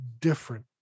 different